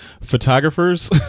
photographers